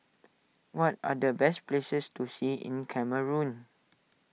what are the best places to see in Cameroon